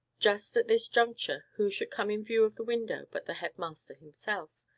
just at this juncture, who should come in view of the window but the head-master himself.